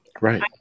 right